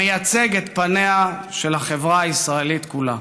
המייצג את פניה של החברה הישראלית כולה.